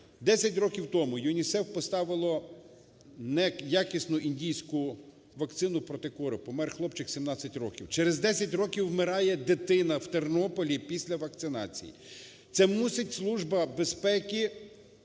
років тому ЮНІСЕФ поставило неякісну індійську вакцину проти кору, помер хлопчик 17 років. Через 10 років вмирає дитина в Тернополі після вакцинації. Це мусить Служба безпеки